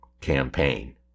campaign